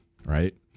right